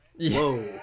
whoa